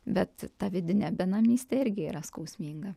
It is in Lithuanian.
bet ta vidinė benamystė irgi yra skausminga